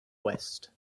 west